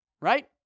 Right